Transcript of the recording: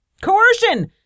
Coercion